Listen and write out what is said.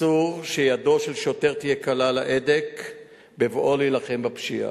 אסור שידו של שוטר תהיה קלה על ההדק בבואו להילחם בפשיעה.